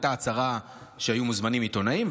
הייתה הצהרה שהיו מוזמנים עיתונאים,